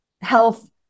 health